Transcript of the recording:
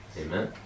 Amen